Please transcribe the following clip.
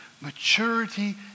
maturity